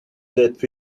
that